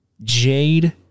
Jade